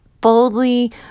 boldly